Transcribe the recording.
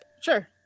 Sure